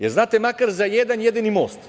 Jer, znate makar za jedan jedini most?